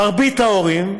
מרבית ההורים,